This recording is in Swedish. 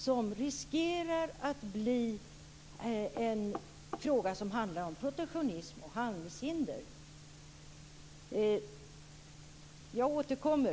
Det riskerar att bli en fråga som handlar om protektionism och handelshinder. Jag återkommer.